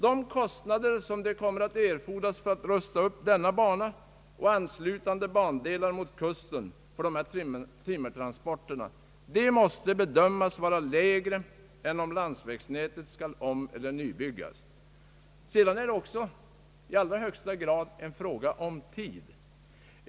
De kostnader som kommer attt erfordras för att rusta upp den na bana och anslutande bandelar mot kusten för timmertransporter måste bedömas vara lägre än om landsvägsnätet skall omeller nybyggas. Sedan är det också i allra högsta grad en fråga om tid.